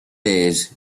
days